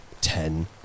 ten